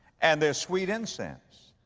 and they're sweet incense.